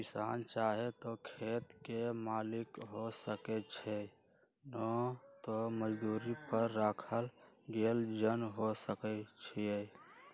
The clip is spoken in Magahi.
किसान चाहे त खेत के मालिक हो सकै छइ न त मजदुरी पर राखल गेल जन हो सकै छइ